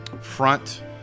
front